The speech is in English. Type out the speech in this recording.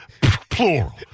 Plural